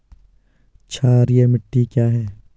क्षारीय मिट्टी क्या है?